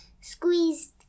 squeezed